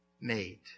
made